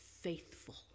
faithful